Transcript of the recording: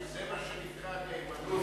זה מה שנקרא נאמנות